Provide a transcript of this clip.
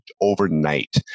overnight